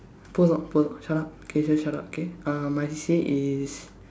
prologue prologue shut up K I say shut up K uh my C_C_A is